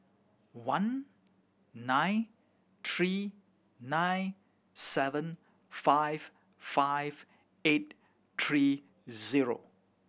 one nine three nine seven five five eight three zero